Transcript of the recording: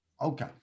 Okay